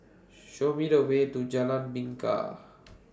Show Me The Way to Jalan Bingka